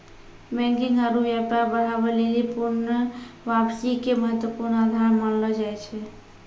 banking आरु व्यापार बढ़ाबै लेली पूर्ण वापसी के महत्वपूर्ण आधार मानलो जाय छै